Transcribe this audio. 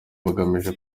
bagamije